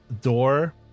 door